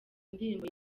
indirimbo